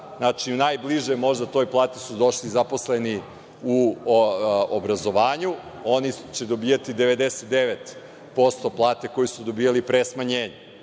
Znači, najbliže možda toj plati su došli zaposleni u obrazovanju. Oni će dobijati 99% plate koju su dobijali pre smanjenja.